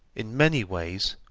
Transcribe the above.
in many ways,